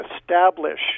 establish